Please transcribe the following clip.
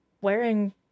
wearing